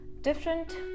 Different